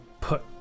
put